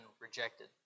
rejected